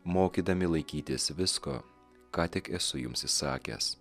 mokydami laikytis visko ką tik esu jums įsakęs